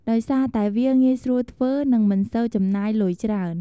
ដោយសារតែវាងាយស្រួលធ្វើ និងមិនសូវចំណាយលុយច្រើន។